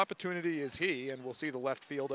opportunity is he and we'll see the left field